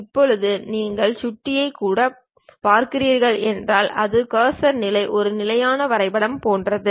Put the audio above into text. இப்போது நீங்கள் சுட்டியைக் கூட பார்க்கிறீர்கள் என்றால் அது கர்சர் நிலை ஒரு இணையான வரைபடம் போன்றது